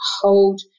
hold